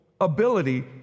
ability